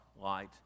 light